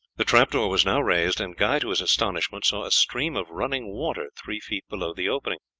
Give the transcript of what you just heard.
the trap-door was now raised, and guy to his astonishment saw a stream of running water three feet below the opening.